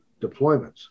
deployments